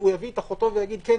הלקוח יביא את אחותו ויגיד: כן,